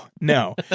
no